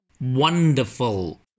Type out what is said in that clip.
Wonderful